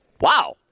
Wow